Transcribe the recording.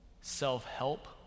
self-help